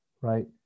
right